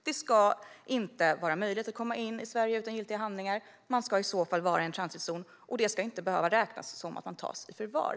Det ska inte vara möjligt att komma in i Sverige utan giltiga handlingar. Man ska i så fall vara i en transitzon. Och det ska inte behöva räknas som att man tas i förvar.